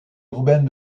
urbaine